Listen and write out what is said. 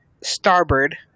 starboard